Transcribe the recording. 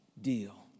deal